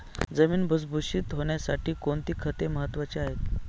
जमीन भुसभुशीत होण्यासाठी कोणती खते महत्वाची आहेत?